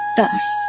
Thus